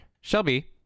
Shelby